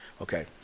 Okay